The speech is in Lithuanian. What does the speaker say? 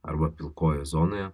arba pilkojoje zonoje